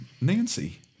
Nancy